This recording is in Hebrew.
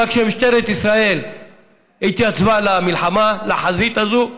אבל כשמשטרת ישראל התייצבה למלחמה, לחזית הזאת,